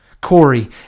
Corey